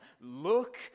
look